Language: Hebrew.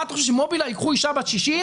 אתה חושב שמובילאיי ייקחו אישה בת 60?